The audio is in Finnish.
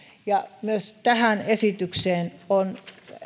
myös tähän esitykseen on